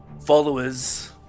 Followers